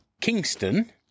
Kingston